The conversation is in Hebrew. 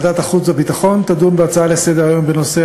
ועדת החוץ והביטחון תדון בהצעה לסדר-היום של חבר הכנסת נסים זאב בנושא: